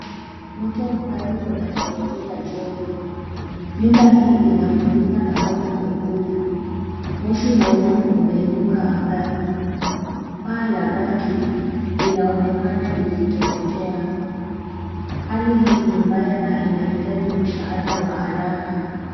Moto mkali unateketeza jengo, nyumba hii inafunikwa na moto mwekundu, moshi mweupe unainuka angani, paa la bati linaonekana likiteketea, hali hii ni mbaya na inahitaji msaada wa haraka.